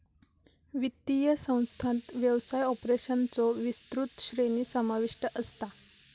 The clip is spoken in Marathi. वित्तीय संस्थांत व्यवसाय ऑपरेशन्सचो विस्तृत श्रेणी समाविष्ट असता